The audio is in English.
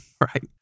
Right